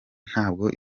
ntabwo